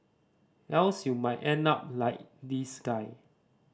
else you might end up like this guy